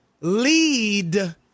lead